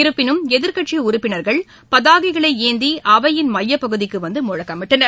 இருப்பினும் எதிர்கட்சி உறுப்பினர்கள் பதாகைகளை ஏந்தி அவையின் மையப்பகுதிக்கு வந்து முழக்கமிட்டனர்